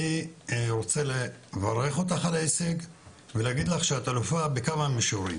אני רוצה לברך אותך על ההישג ולהגיד לך שאת אלופה בכמה מישורים.